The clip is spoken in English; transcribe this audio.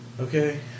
Okay